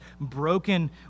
broken